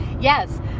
Yes